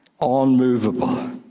unmovable